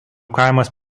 kaimas